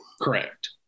correct